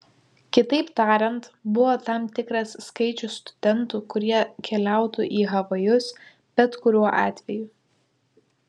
kitaip tariant buvo tam tikras skaičius studentų kurie keliautų į havajus bet kuriuo atveju